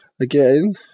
Again